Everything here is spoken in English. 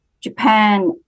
Japan